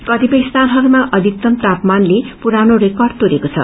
कतिपय स्यानहरूमा अधिकतम तापमानले पुरानो रिकर्ड तोडेको छ